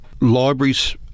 libraries